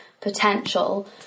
potential